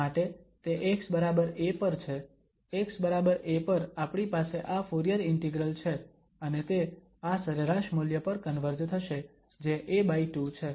માટે તે xa પર છે xa પર આપણી પાસે આ ફુરીયર ઇન્ટિગ્રલ છે અને તે આ સરેરાશ મૂલ્ય પર કન્વર્જ થશે જે a2 છે